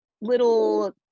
little